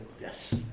Yes